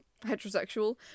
heterosexual